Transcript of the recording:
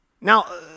Now